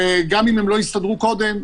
וגם אם הם לא הסתדרו קודם,